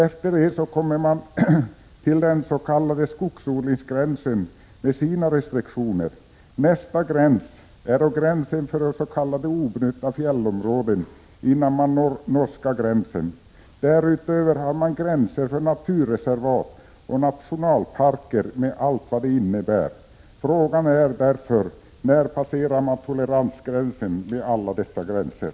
Efter det kommer man till den s.k. skogsodlingsgränsen med dess restriktioner. Nästa gräns är gränsen för de s.k. obrutna fjällområdena innan man når norska gränsen. Därutöver har man gränser för naturreservat och nationalparker med allt vad det innebär. Frågan är därför: När passerar man toleransgränsen med alla dessa gränser?